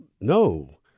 No